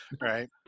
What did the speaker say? right